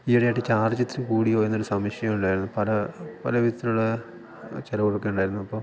ഈയിടെ ആയിട്ട് ചാർജ് ഇച്ചിരി കൂടിയോ എന്നൊരു സംശയം ഉണ്ടായിരുന്നു പല പല വിധത്തിലുള്ള ചിലവുകളൊക്കെ ഉണ്ടായിരുന്നു അപ്പോൾ